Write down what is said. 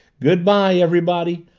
good-by, everybody.